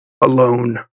alone